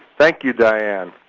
thank you, diane.